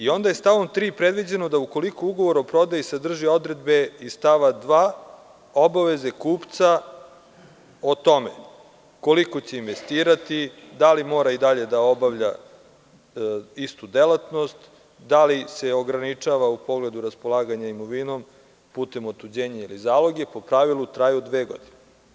Onda je stavom 3. predviđeno da ukoliko ugovor o prodaji sadrži odredbe iz stava 2. obaveze kupca o tome koliko će investirati, da li mora i dalje da obavlja istu delatnost, da li se ograničava u pogledu raspolaganja imovinom putem otuđenja ili zaloga i po pravilu traje dve godine.